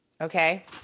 okay